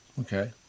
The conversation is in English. okay